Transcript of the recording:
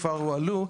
כבר הועלו.